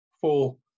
full